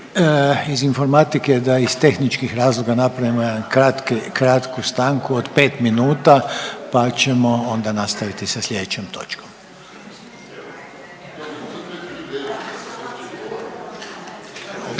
iz informatike, da iz tehničkih razloga napravimo jednu kratku stanku od 5 minuta pa ćemo onda nastaviti sa sljedećom točkom.